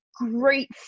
great